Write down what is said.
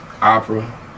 opera